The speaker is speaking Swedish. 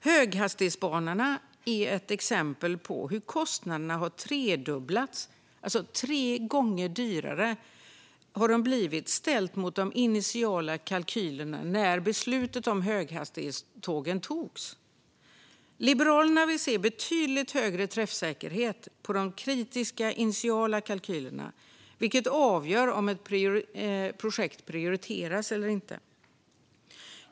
Höghastighetsbanorna är ett exempel på hur kostnaderna har tredubblats och alltså blivit tre gånger dyrare ställt mot de initiala kalkylerna när beslutet om höghastighetståg togs. Liberalerna vill se betydligt högre träffsäkerhet hos de kritiska initiala kalkylerna, vilka avgör om ett projekt prioriteras eller inte.